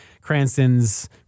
Cranston's